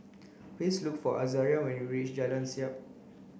please look for Azaria when you reach Jalan Siap